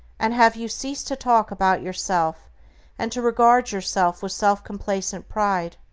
and have you ceased to talk about yourself and to regard yourself with self-complacent pride?